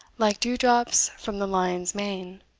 like dew-drops from the lion's mane,